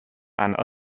and